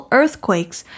earthquakes